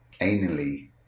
anally